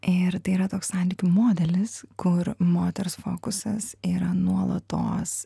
ir tai yra toks santykių modelis kur moters fokusas yra nuolatos